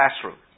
classroom